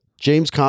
James